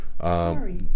Sorry